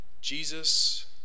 Jesus